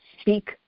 speak